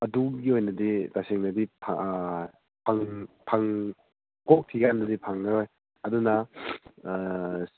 ꯑꯗꯨꯒꯤ ꯑꯣꯏꯅꯗꯤ ꯇꯁꯦꯡꯅꯗꯤ ꯀꯣꯛ ꯊꯤ ꯀꯥꯟꯗꯗꯤ ꯐꯪꯉꯔꯣꯏ ꯑꯗꯨꯅ